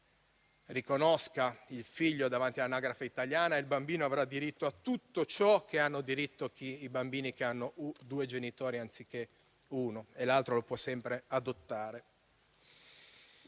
riconosca il figlio all'anagrafe italiana, infatti, ed il bambino avrà diritto a tutto ciò cui hanno diritto i bambini che hanno due genitori anziché uno; e l'altro genitore lo può sempre adottare.